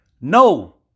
No